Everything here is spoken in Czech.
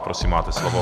Prosím, máte slovo.